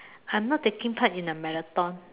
I'm not taking part in a marathon